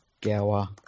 Gower